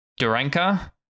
Duranka